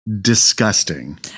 Disgusting